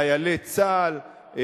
חיילי צה"ל,